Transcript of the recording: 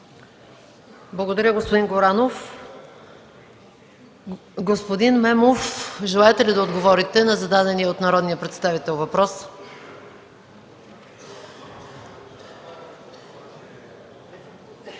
Благодаря, господин Горанов. Господин Мемов, желаете ли да отговорите на зададения от народния представител въпрос? Има